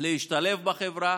להשתלב בחברה,